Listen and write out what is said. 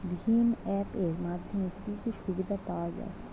ভিম app এর মাধ্যমে কি কি সুবিধা পাওয়া যায়?